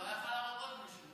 הוא היה יכול להרוג עוד מישהו.